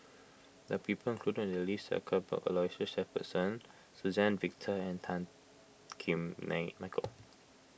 the people included in the list are Cuthbert Aloysius Shepherdson Suzann Victor and Tan Kim Nei Michael